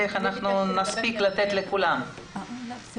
יזבק, בבקשה.